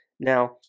Now